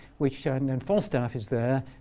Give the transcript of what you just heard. which and and falstaff is there.